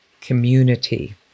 community